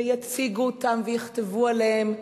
ויציגו אותם ויכתבו עליהם,